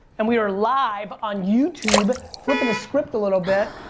and we are live on youtube flipping the script a little bit,